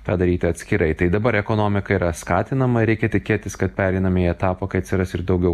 tą daryti atskirai tai dabar ekonomika yra skatinama reikia tikėtis kad pereinamąjį etapą kai atsiras ir daugiau